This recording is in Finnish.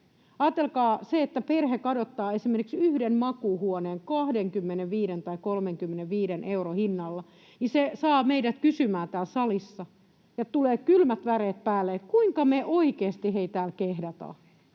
Ajatelkaa, että perhe kadottaa esimerkiksi yhden makuuhuoneen 25 tai 35 euron hinnalla — se saa meidät kysymään täällä salissa, ja tulee kylmät väreet päälle, että kuinka me oikeasti, hei, täällä kehdataan.